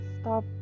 stop